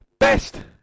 best